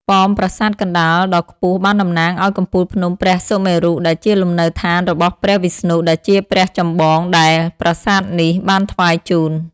ប៉មប្រាសាទកណ្តាលដ៏ខ្ពស់បានតំណាងឲ្យកំពូលភ្នំព្រះសុមេរុដែលជាលំនៅដ្ឋានរបស់ព្រះវិស្ណុដែលជាព្រះចម្បងដែលប្រាសាទនេះបានថ្វាយជូន។